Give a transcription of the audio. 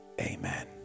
Amen